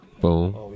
Boom